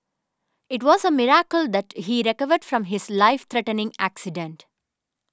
it was a miracle that he recovered from his life threatening accident